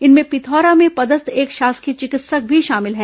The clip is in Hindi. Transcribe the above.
इनमें पिथौरा में पदस्थ एक शासकीय चिकित्सक भी शामिल है